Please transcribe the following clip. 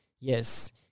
Yes